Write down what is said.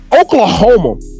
Oklahoma